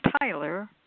Tyler